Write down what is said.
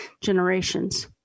generations